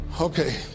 Okay